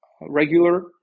regular